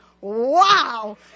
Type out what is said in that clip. wow